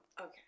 Okay